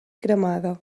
cremada